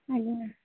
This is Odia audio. ଆଜ୍ଞା